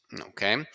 Okay